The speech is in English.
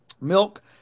milk